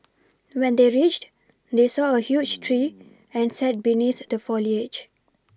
when they reached they saw a huge tree and sat beneath the foliage